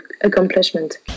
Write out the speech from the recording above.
accomplishment